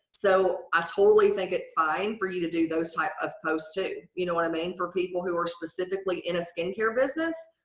so, i totally think it's fine for you to do those type of post, too. you know what i mean? for people who are specifically in a skincare business,